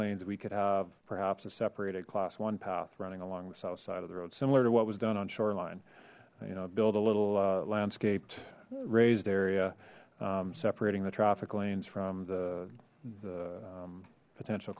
lanes we could have perhaps a separated class one path running along the south side of the road similar to what was done on shoreline you know build a little landscaped raised area separating the traffic lanes from the potential